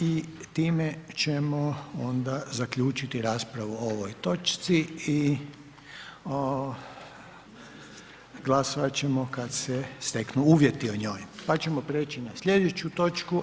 I time ćemo onda zaključiti raspravu o ovoj točci i glasovat ćemo kad se steknu uvjeti o njoj, pa ćemo preći na sljedeću točku.